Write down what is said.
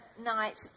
night